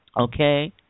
Okay